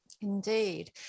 indeed